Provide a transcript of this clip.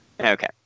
Okay